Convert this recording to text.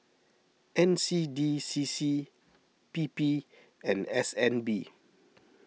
N C D C C P P and S N B